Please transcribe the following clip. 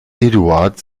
eduard